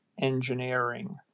engineering